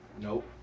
Nope